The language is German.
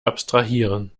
abstrahieren